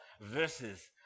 verses